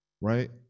right